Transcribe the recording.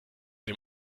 dem